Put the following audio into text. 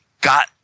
got